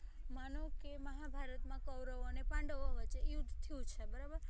માનો કે મહાભારતમાં કૌરવો અને પાંડવો વચ્ચે યુદ્ધ થયું છે બરાબર